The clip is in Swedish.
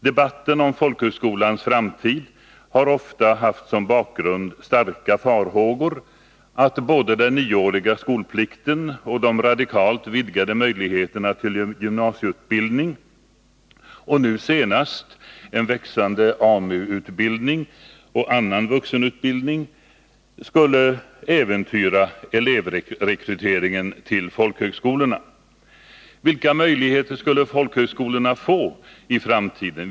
Debatten om folkhögskolans framtid har ofta haft som bakgrund starka farhågor för att den nioåriga skolplikten och de radikalt vidgade möjligheterna till gymnasieutbildning — och nu senast en växande AMU-utbildning och annan vuxenutbildning — skulle äventyra elevrekryteringen till folkhögskolorna. Vilka möjligheter skulle folkhögskolorna få i framtiden?